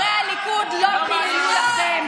שחטפו אותה.